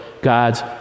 God's